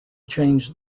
changed